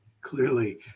clearly